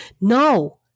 No